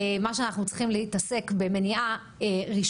מה שאנחנו צריכים להתעסק הוא במניעה ראשונית,